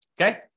Okay